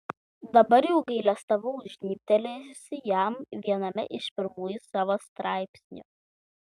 dabar jau gailestavau žnybtelėjusi jam viename iš pirmųjų savo straipsnių